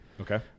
Okay